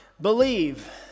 believe